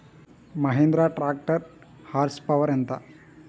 Mahindra tractor horse power ఎంత?